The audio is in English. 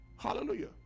Hallelujah